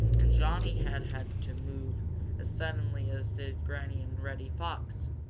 and johnny had had to move as suddenly as did granny and reddy fox.